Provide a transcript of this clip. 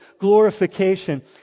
glorification